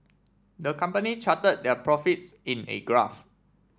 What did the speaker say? the company charted their profits in a graph